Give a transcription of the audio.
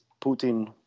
putin